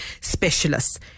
specialists